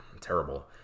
terrible